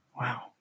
Wow